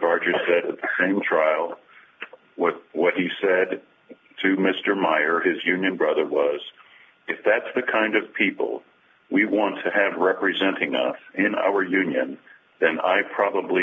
barger said trial what what he said to mr meyer his union brother was if that's the kind of people we want to have representing us in our union then i probably